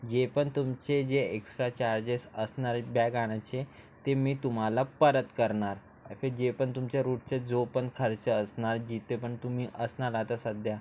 जे पण तुमचे जे एक्स्ट्रा चार्जेस असणार आहेत बॅग आणायचे ते मी तुम्हाला परत करणार अफे जे पण तुमच्या रूटचा जो पण खर्च असणार जिथे पण तुम्ही असणार आता सध्या